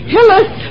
Hillis